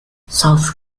south